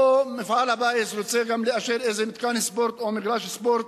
או מפעל הפיס רוצה גם לאשר איזה מתקן ספורט או מגרש ספורט,